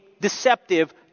deceptive